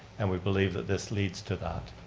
and we believe that this leads to that.